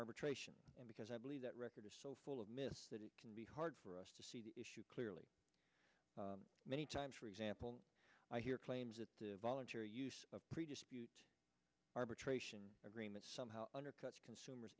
arbitration because i believe that record is so full of myths that it can be hard for us to see the issue clearly many times for example i hear claims that the voluntary use of previous arbitration agreement somehow undercuts consumers